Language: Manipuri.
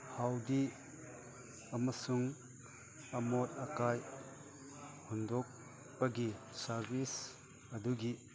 ꯍꯥꯎꯗꯤ ꯑꯃꯁꯨꯡ ꯑꯃꯣꯠ ꯑꯀꯥꯏ ꯍꯨꯟꯗꯣꯛꯄꯒꯤ ꯁꯥꯔꯕꯤꯁ ꯑꯗꯨꯒꯤ